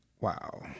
Wow